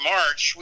March